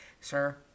sir